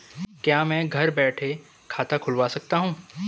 क्या मैं घर बैठे खाता खुलवा सकता हूँ?